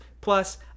Plus